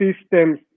systems